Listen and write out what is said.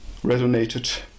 resonated